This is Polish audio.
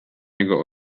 niego